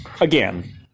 again